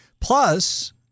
Plus